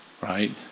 right